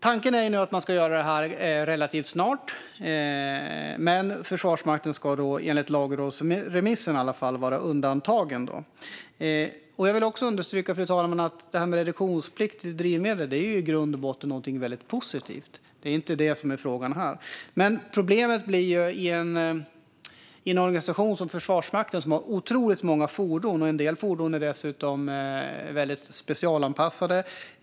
Tanken är nu att man ska göra det här relativt snart, men Försvarsmakten är undantagen, i alla fall enligt lagrådsremissen. Jag vill understryka att det här med reduktionsplikt när det gäller drivmedel i grund och botten är någonting väldigt positivt. Det är inte det som är frågan här. Problemet är att en organisation som Försvarsmakten har otroligt många fordon. En del fordon är dessutom specialanpassade.